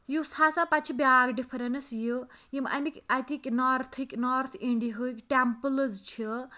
یُس ہَسا پَتہٕ چھِ بیٛاکھ ڈِفرنَس یہِ یِم اَمِکۍ اَتِکۍ نارتھٕکۍ نارتھ اِنڈیہِکۍ ٹمپلٕز چھِ